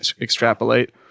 extrapolate